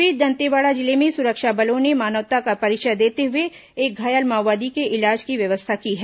इस बीचे दंतेवाड़ा जिले में सुरक्षा बलों ने मानवता का परिचय देते हुए एक घायल माओवादी के इलाज की व्यवस्था की है